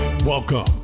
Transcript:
Welcome